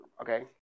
okay